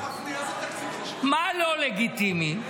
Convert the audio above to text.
מה לא לגיטימי?